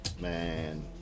man